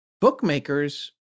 Bookmakers